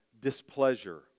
displeasure